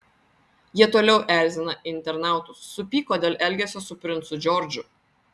jie toliau erzina internautus supyko dėl elgesio su princu džordžu